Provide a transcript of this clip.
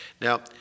Now